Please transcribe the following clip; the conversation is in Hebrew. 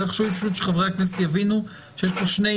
צריך שחברי הכנסת יבינו שיש כאן שני סוגים.